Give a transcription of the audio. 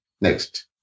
Next